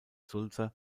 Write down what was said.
sulzer